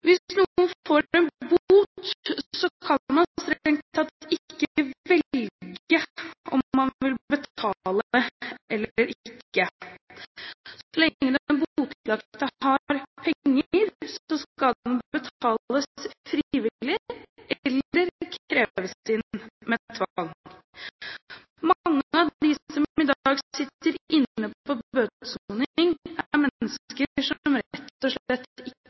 man strengt tatt ikke velge om man vil betale eller ikke. Så lenge den botlagte har penger, skal den betales frivillig eller kreves inn med tvang. Mange av dem som i dag sitter inne på